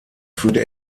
führte